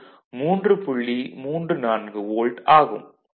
34 volt ஆகும்